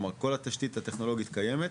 כלומר, כל התשתית הטכנולוגית קיימת.